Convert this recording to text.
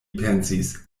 pensis